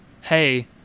hey